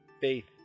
faith